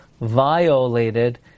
violated